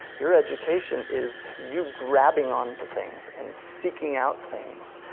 your education is you grabbing onto things and seeking out things.